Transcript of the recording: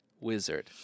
Wizard